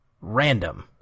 Random